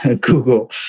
Google